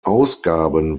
ausgaben